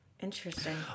Interesting